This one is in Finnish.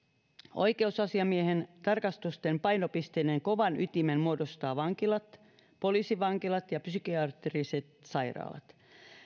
oikeusasiamiehen tarkastusten painopisteiden kovan ytimen muodostavat vankilat poliisivankilat ja psykiatriset sairaalat